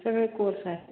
सगळे कोर्स आहे